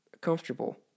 comfortable